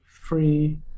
free